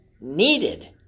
needed